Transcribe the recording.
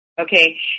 Okay